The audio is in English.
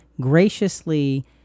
graciously